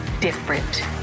different